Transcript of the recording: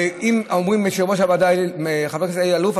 ואם אומרים ליושב-ראש הוועדה אלי אלאלוף,